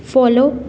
follow